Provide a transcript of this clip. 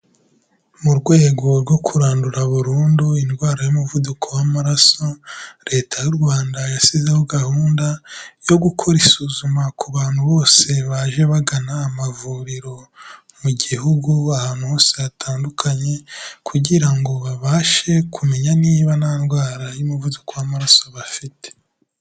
Mu rwego rwo kurandura burundu indwara y'umuvuduko w'amaraso, leta y'u Rwanda yashyizeho gahunda, yo gukora isuzuma ku bantu bose baje bagana amavuriro. Mu gihugu ahantu hose hatandukanye, kugira ngo babashe kumenya niba nta ndwara y'umuvuduko w'amaraso bafite.